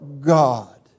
God